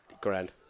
grand